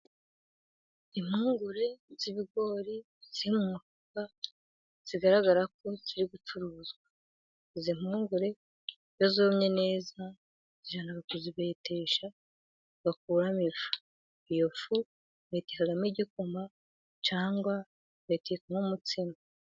Impungure z'ibigori ziri mu mufuka zigaragarako ziri gucuruzwa, izi mpungure iyo zumye neza bazijyana kuzibetesha bagakuramo ifu. Iyo fu bayitekamo igikoma cyangwa bakayitekamo umutsima.